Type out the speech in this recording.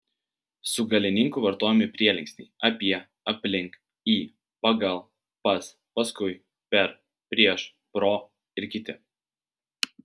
su galininku vartojami prielinksniai apie aplink į pagal pas paskui per prieš pro ir kiti